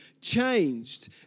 changed